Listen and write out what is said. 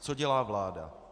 Co dělá vláda?